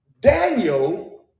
Daniel